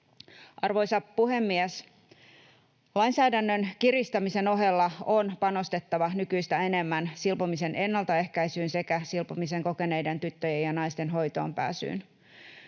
Arvoisa puhemies! Lainsäädännön kiristämisen ohella on panostettava nykyistä enemmän silpomisen ennaltaehkäisyyn sekä silpomisen kokeneiden tyttöjen ja naisten hoitoonpääsyyn.